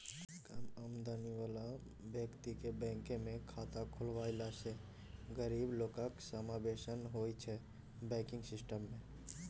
कम आमदनी बला बेकतीकेँ बैंकमे खाता खोलबेलासँ गरीब लोकक समाबेशन होइ छै बैंकिंग सिस्टम मे